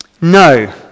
No